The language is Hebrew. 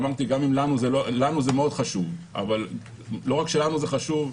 אמרתי שלנו זה מאוד חשוב, אבל לא רק לנו זה חשוב,